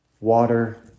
water